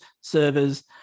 servers